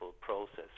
process